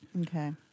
Okay